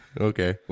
Okay